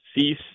Cease